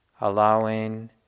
allowing